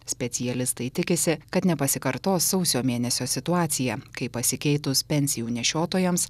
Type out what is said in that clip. specialistai tikisi kad nepasikartos sausio mėnesio situacija kai pasikeitus pensijų nešiotojams